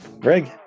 Greg